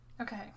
Okay